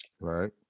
right